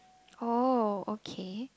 oh okay